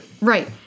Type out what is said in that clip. Right